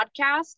podcast